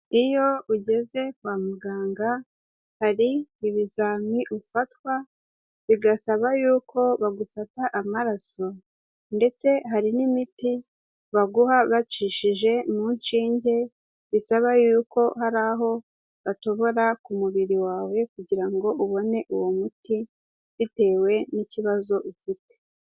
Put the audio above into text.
Iyo ugeze kwa muganga hari ibizami ufatwa, bigasaba yuko bagufata amaraso ndetse hari n'imiti baguha bacishije mu nshinge, bisaba yuko hari aho batobora ku mubiri wawe kugira ngo ubone uwo muti bitewe n'ikibazo ufite.